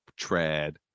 trad